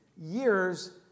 years